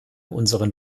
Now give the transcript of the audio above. unseren